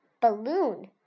balloon